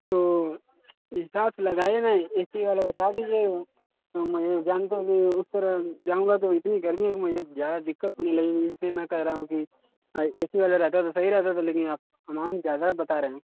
तो हिसाब लगाइए ना ए सी वाला बता दीजिए हम उस तरह जाऊंगा तो इतनी गर्मी है मुझे ज़्यादा दिक्कत होने लगेगी इसलिए मैं कह रहा हूँ कि ए सी वाला रहता तो सही रहता लेकिन आप अमाउन्ट ज़्यादा बता रहे हैं